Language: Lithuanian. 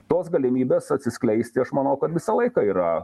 tos galimybės atsiskleisti aš manau kad visą laiką yra